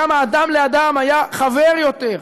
כמה אדם לאדם היה חבר יותר,